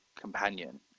companion